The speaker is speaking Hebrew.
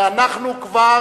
ואנחנו כבר,